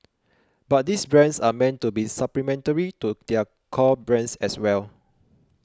but these brands are meant to be supplementary to their core brands as well